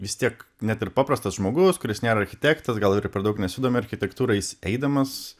vis tiek net ir paprastas žmogus kuris nėra architektas gal ir per daug nesidomi architektūra jis eidamas